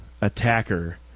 attacker